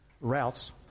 routes